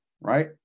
right